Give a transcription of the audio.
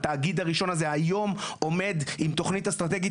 התאגיד הראשון הזה היום עומד עם תוכנית אסטרטגית